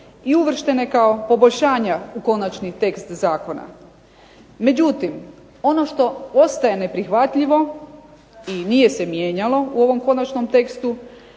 i uvrštene kao poboljšanja u konačni tekst zakona, međutim ono što ostaje neprihvatljivo i nije se mijenjalo u ovom konačnom tekstu